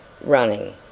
running